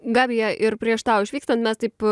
gabija ir prieš tau išvykstant mes taip